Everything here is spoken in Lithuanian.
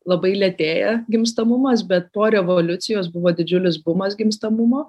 labai lėtėja gimstamumas bet po revoliucijos buvo didžiulis bumas gimstamumo